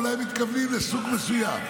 אולי מתכוונים לסוג מסוים.